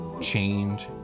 chained